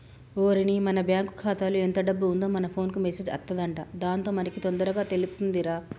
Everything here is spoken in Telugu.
ఓరిని మన బ్యాంకు ఖాతాలో ఎంత డబ్బు ఉందో మన ఫోన్ కు మెసేజ్ అత్తదంట దాంతో మనకి తొందరగా తెలుతుందిరా